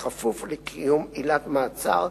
בכפוף לקיום עילת מעצר,